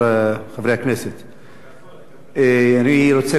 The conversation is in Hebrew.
אני רוצה לברך את השר, שהוא מוביל, באמת,